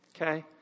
Okay